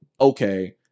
okay